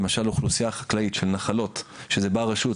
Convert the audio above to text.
למשל האוכלוסייה החקלאית של נחלות שזה ברשות.